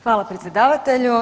Hvala predsjedavatelju.